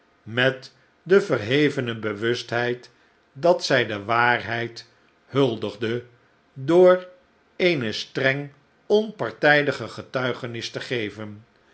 met de verhevene bewustheid dat zij de waarheid huldigde door eene streng onpartijdige getuigenis te geven